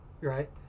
right